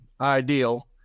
ideal